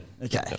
Okay